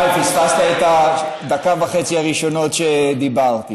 חיים, פספסת את הדקה וחצי הראשונות שדיברתי.